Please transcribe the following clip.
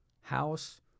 House